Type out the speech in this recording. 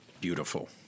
Beautiful